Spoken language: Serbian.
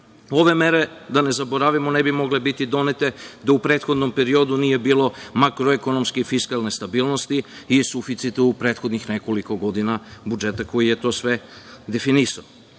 Ove mere, da ne zaboravimo, ne bi mogle biti donete da u prethodnom periodu nije bilo makroekonomske i fiskalne stabilnosti i suficita budžeta u prethodnih nekoliko godina koji je to sve definisao. Da